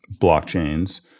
blockchains